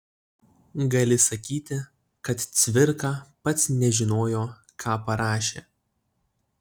gali sakyti kad cvirka pats nežinojo ką parašė